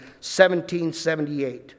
1778